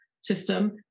system